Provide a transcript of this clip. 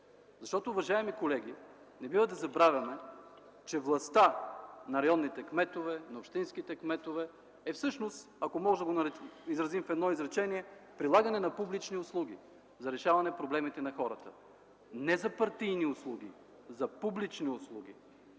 кодекс? Уважаеми колеги, не бива да забравяме, че властта на районните кметове, на общинските кметове е всъщност, ако можем да го изразим в едно изречение – прилагане на публични услуги за решаване проблемите на хората. Не за партийни услуги, за публични услуги.